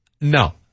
No